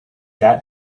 that